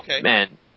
Man